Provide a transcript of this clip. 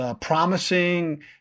promising